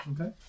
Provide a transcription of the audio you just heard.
Okay